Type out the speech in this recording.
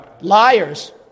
Liars